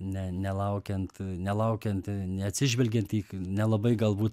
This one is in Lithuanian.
ne nelaukiant nelaukiant neatsižvelgiant į nelabai galbūt